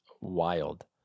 wild